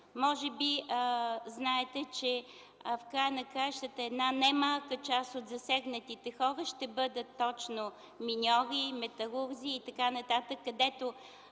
Може би знаете, че в края на краищата една немалка част от засегнатите хора ще бъдат точно миньори, металурзи и т.н., където